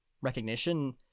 recognition